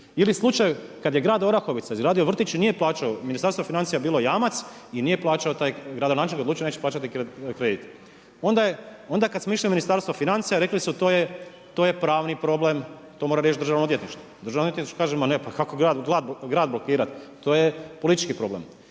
Ili slučaj kada je grad Orahovica izgradio vrtić i nije plaćao, Ministarstvo financija je bio jamac i nije plaćao taj, gradonačelnik je odlučio da neće plaćati kredit. Onda kad smo išli u Ministarstvo financija, to je pravno problem, to mora riješiti državno odvjetništvo. Državno odvjetništvo, kaže, ma ne kako grad blokirati, to je politički problem.